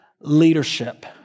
leadership